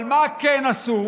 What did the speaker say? חוק החשמל, אבל מה כן עשו?